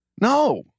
no